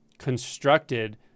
constructed